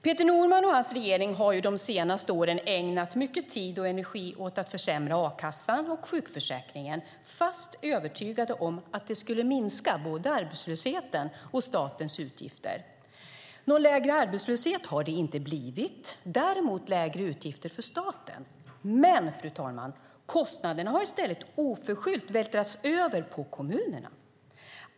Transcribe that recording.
Peter Norman och hans regering har de senaste åren ägnat mycket tid och energi åt att försämra a-kassan och sjukförsäkringen, fast övertygade om att det skulle minska både arbetslösheten och statens utgifter. Någon lägre arbetslöshet har det inte blivit, däremot lägre utgifter för staten. Men, fru talman, kostnaderna har i stället oförskyllt vältrats över på kommunerna.